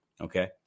Okay